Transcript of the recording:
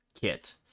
kit